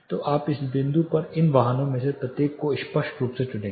तो अब इस बिंदु पर आप इन वाहनों में से प्रत्येक को स्पष्ट रूप से सुनेंगे